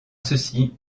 ceci